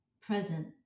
present